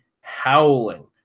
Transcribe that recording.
howling